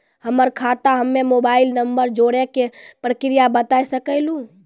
हमर खाता हम्मे मोबाइल नंबर जोड़े के प्रक्रिया बता सकें लू?